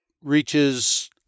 reaches